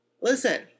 listen